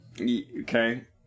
Okay